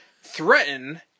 threaten